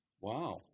Wow